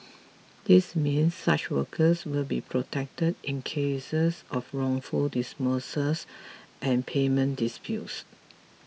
this means such workers will be protected in cases of wrongful dismissals and payment disputes